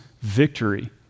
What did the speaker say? victory